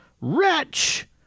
Wretch